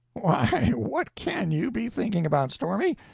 why, what can you be thinking about, stormy?